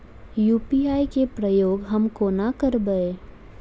UPI केँ प्रयोग हम कोना करबे?